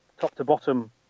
top-to-bottom